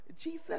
Jesus